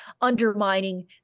undermining